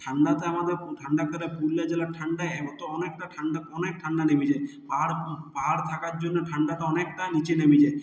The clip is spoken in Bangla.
ঠান্ডাতে আমাদের ঠান্ডাতে পুরুলিয়া জেলার ঠান্ডায় এখন তো অনেকটা ঠান্ডা অনেক ঠান্ডা নেমে যায় পাহাড় পাহাড় থাকার জন্য ঠান্ডাটা অনেকটা নিচে নেমে যায়